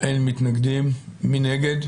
1 נמנעים, אין הבקשה הזאת אושרה.